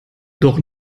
doch